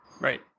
Right